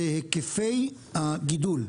זה היקפי הגידול.